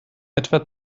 etwa